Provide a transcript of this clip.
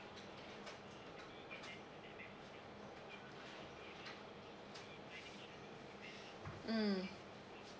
mm